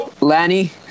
Lanny